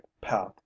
path